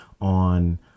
on